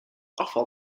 afval